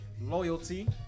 loyalty